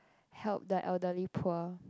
help the elderly poor